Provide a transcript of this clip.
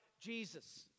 Jesus